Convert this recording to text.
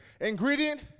ingredient